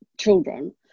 children